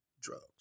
drugs